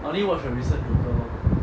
I only watch the recent joker lor